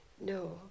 No